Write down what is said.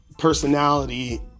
personality